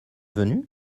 venu